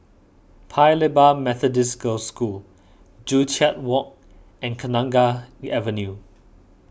Paya Lebar Methodist Girls' School Joo Chiat Walk and Kenanga Avenue